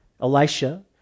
Elisha